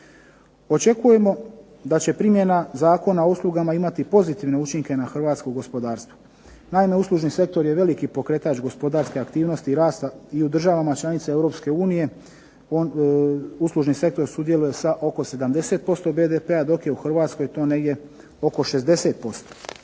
Očekujemo da će primjena Zakona o uslugama imati pozitivne učinke na hrvatsko gospodarstvo. Naime uslužni sektor je veliki pokretač gospodarske aktivnosti rasta i u državama članica Europske unije, uslužni sektor sudjeluje sa oko 70% BDP-a, dok je u Hrvatskoj to negdje oko 60%.